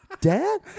Dad